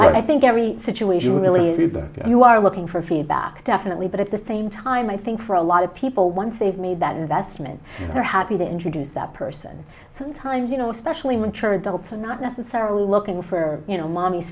no i think every situation really is that you are looking for feedback definitely but at the same time i think for a lot of people once they've made that investment they're happy to introduce that person sometimes you know especially when church docs are not necessarily looking for you know mommy's